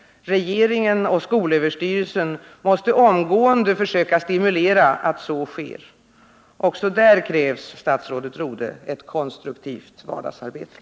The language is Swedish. Regeringen och skolöverstyrelsen måste omgående söka stimulera att så sker. Också för detta krävs, statsrådet Rodhe, ett konstruktivt vardagsarbete.